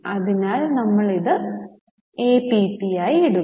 അതിനാൽ നിങ്ങൾ ഇത് APP ആയി ഇടുക